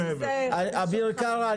אביר קארה,